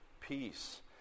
peace